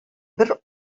бер